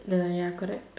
the ya correct